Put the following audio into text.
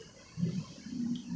and where did you have it